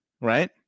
right